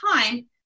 time